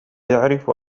يعرف